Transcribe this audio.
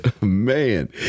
man